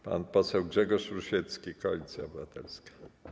Pan poseł Grzegorz Rusiecki, Koalicja Obywatelska.